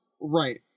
right